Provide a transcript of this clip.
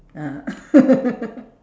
ah